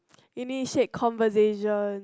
initiate conversation